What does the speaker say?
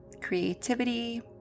creativity